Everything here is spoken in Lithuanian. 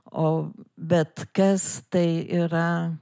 o bet kas tai yra